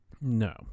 No